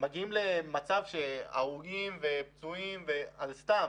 ומגיעים למצב שיש הרוגים ופצועים על סתם.